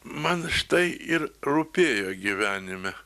man štai ir rūpėjo gyvenime